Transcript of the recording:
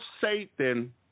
Satan